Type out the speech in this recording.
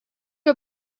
you